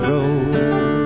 Road